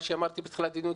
מה שאמרתי בתחילת הדיון,